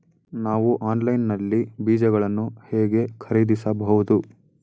ನಾವು ಆನ್ಲೈನ್ ನಲ್ಲಿ ಬೀಜಗಳನ್ನು ಹೇಗೆ ಖರೀದಿಸಬಹುದು?